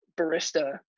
barista